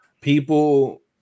People